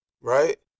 right